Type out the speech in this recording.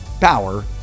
power